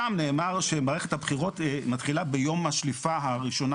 שם נאמר שמערכת הבחירות מתחילה ביום השליפה הראשונה